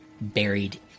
buried